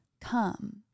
Come